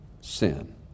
sin